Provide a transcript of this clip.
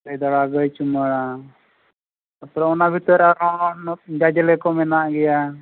ᱜᱟᱹᱭ ᱫᱟᱬᱟ ᱜᱟᱹᱭ ᱪᱩᱢᱟᱹᱲᱟ ᱛᱟᱨᱯᱚᱨᱮ ᱚᱱᱟ ᱵᱷᱤᱛᱤᱨ ᱨᱮ ᱟᱨᱦᱚᱸ ᱡᱟᱡᱽᱞᱮ ᱠᱚ ᱢᱮᱱᱟᱜ ᱜᱮᱭᱟ